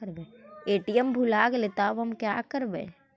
ATM भुला गेलय तब हम काकरवय?